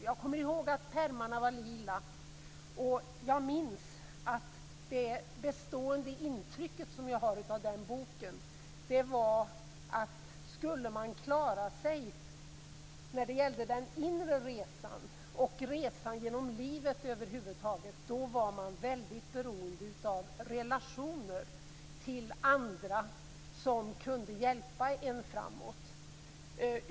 Jag kommer ihåg att pärmarna var lila. Jag minns att det bestående intrycket jag hade av den boken var: Skulle man klara sig på den inre resan och på resan genom livet över huvud taget var man väldigt beroende av relationer till andra som kunde hjälpa en framåt.